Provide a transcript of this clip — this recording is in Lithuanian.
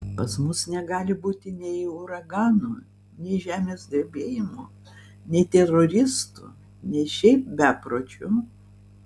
pas mus negali būti nei uraganų nei žemės drebėjimų nei teroristų nei šiaip bepročių